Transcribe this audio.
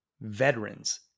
veterans